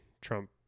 Trump